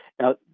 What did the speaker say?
Now